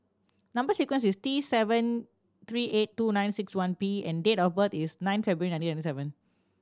number sequence is T seven three eight two nine six one P and date of birth is nine February nineteen ninety seven